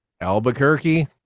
Albuquerque